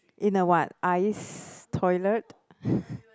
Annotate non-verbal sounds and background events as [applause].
in a what ice toilet [breath]